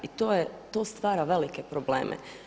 I to stvara velike probleme.